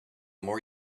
more